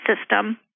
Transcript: system